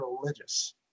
religious